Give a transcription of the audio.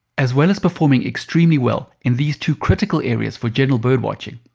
as well as performing extremely well in these two critical areas for general bird watching,